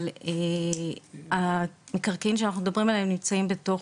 אבל מקרקעין שאנחנו מדברים עליהם נמצאים בתוך